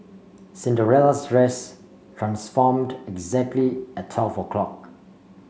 Cinderella's dress transformed exactly at twelve o' clock